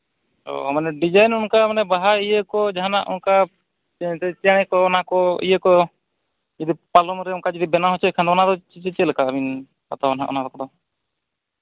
ᱚ ᱢᱟᱱᱮ ᱰᱤᱡᱟᱭᱤᱱ ᱚᱱᱠᱟ ᱢᱟᱱᱮ ᱵᱟᱦᱟ ᱤᱭᱟᱹ ᱠᱚ ᱡᱟᱦᱟᱱᱟᱜ ᱚᱱᱠᱟ ᱪᱮᱬᱮ ᱠᱚ ᱚᱱᱟᱠᱚ ᱤᱭᱟᱹ ᱠᱚ ᱡᱩᱫᱤ ᱯᱟᱞᱚᱝ ᱨᱮ ᱚᱱᱠᱟᱧ ᱡᱩᱫᱤ ᱵᱮᱱᱟᱣ ᱦᱚᱪᱚᱭ ᱠᱷᱟᱱ ᱚᱱᱟ ᱫᱚ ᱪᱮᱫ ᱞᱮᱠᱟ ᱦᱟᱛᱟᱣᱟ ᱦᱟᱸᱜ ᱚᱱᱟ ᱠᱚᱫᱚ